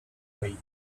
wait